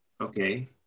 okay